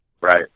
right